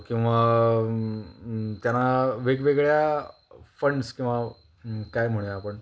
किंवा त्यांना वेगवेगळ्या फंड्स किंवा काय म्हणूया आपण